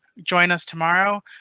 join us tomorrow.